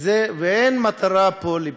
ואין פה מטרה של פתרון.